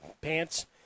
pants